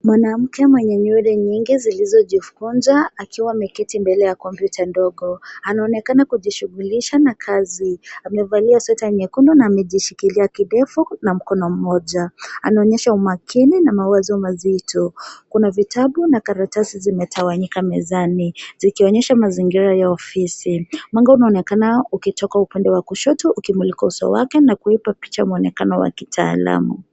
Mwanamke mwenye nywele nyingi zilizojikunja akiwa ameketi mbele ya kompyuta ndogo. Anaonekana kujishughulisha na kazi. Amevalia sweta nyekundu na amejishikilia kidevu na mkono moja. Anaonyesha umakini na mawazo mazito. Kuna vitabu na karatasi zimetawanyika mezani, zikionyesha mazingira ya ofisi. Mwanga unaonekana ukitoka upande wa kushoto ukimulika uso wake na kuipa picha mwonekano wa kitaalamu.